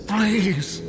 Please